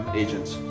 agents